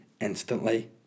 instantly